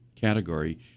category